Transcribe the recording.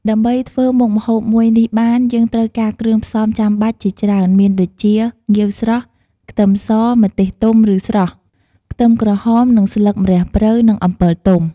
ដើម្បីធ្វើមុខម្ហូបមួយនេះបាន យើងត្រូវការគ្រឿងផ្សំចាំបាច់ជាច្រើនមានដូចជា ងាវស្រស់ ខ្ទឹមស ម្ទេសទុំឬស្រស់ ខ្ទឹមក្រហម និងស្លឹកម្រះព្រៅ និងអំពិលទុំ។